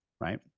Right